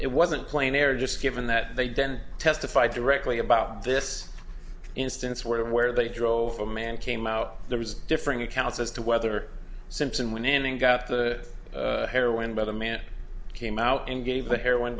it wasn't plain air just given that they didn't testify directly about this instance where where they drove a man came out there was differing accounts as to whether simpson when ending got the heroin by the man came out and gave the heroin